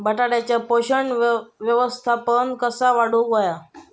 बटाट्याचा पोषक व्यवस्थापन कसा वाढवुक होया?